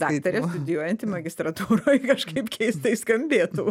daktarė studijuojanti magistrantūroj kažkaip keistai skambėtų